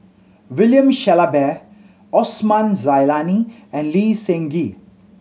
William Shellabear Osman Zailani and Lee Seng Gee